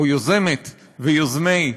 או יוזמת ויוזמי,